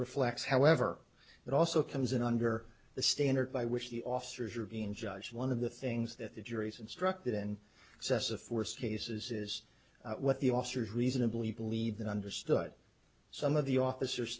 reflects however it also comes in under the standard by which the officers are being judged one of the things that the jury's instructed in excessive force cases is what the officers reasonably believed that understood some of the officers